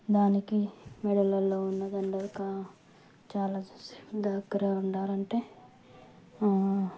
దానికి మెడలల్లో ఉన్న దండలు చాలా చూసేం దగ్గర ఉండాలంటే